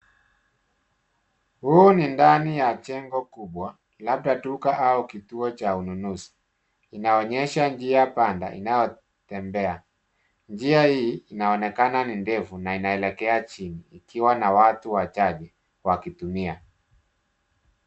Huu ni ndani ya jengo kubwa labda duka au kituo cha ununuzi. Inaonyesha njia panda inayotembea. Njia hii inaonekana ni ndefu na inaelekea chini ikiwa na watu wachache wakitumia.